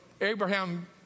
Abraham